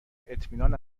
اطمینان